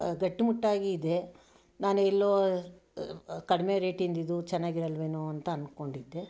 ಗಟ್ಟಿಮುಟ್ಟಾಗಿದೆ ನಾನೆಲ್ಲೋ ಕಡಿಮೆ ರೇಟಿಂದಿದು ಚೆನ್ನಾಗಿರಲ್ವೇನೋ ಅಂತ ಅನ್ಕೊಂಡಿದ್ದೆ